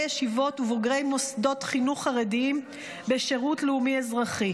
ישיבות ובוגרי מוסדות חינוך חרדיים בשירות לאומי-אזרחי.